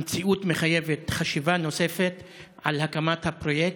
המציאות מחייבת חשיבה נוספת על הקמת הפרויקט.